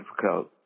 difficult